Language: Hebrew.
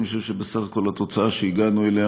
אני חושב שבסך הכול התוצאה שהגענו אליה